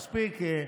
מספיק.